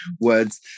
words